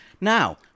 Now